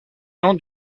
nom